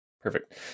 Perfect